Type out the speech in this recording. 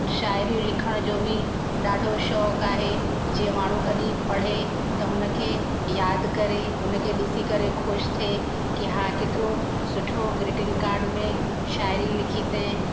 शायरियूं लिखण जो बि ॾाढो शौक़ु आहे जीअं माण्हू कॾहिं पढ़े त हुनखे याद करे हुनखे ॾिसी करे ख़ुशि थिए कि हा केतिरो सुठो ग्रीटिंग काड में शायरी लिखी अथेई